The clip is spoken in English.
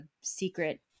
secret